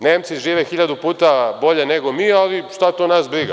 Nemci žive hiljadu puta bolje nego mi, ali šta to nas briga.